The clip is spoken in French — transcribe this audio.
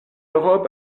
robe